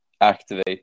activate